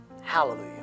Hallelujah